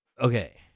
Okay